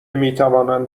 میتوانند